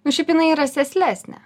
nu šiaip jinai yra sėslesnė